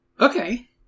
Okay